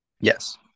Yes